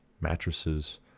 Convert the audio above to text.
mattresses